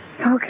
Okay